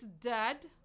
dad